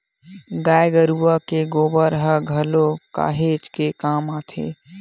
गाय गरुवा के गोबर ह घलोक काहेच के काम आथे